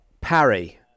Parry